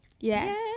Yes